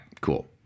Cool